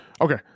Okay